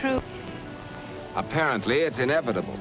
intrude apparently it's inevitable